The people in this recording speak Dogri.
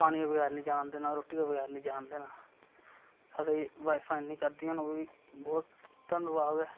पानियै बगैर नि जान देना रुट्टियै बगैर नि जान देना साढ़ी वाइफां इन्नी करदियां न ओह् बी बोह्त धन्नबाद ऐ